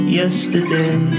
yesterday